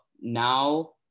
now